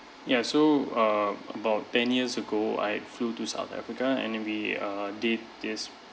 ya so um about ten years ago I flew to south africa and then we uh did this